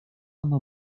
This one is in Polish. ono